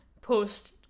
post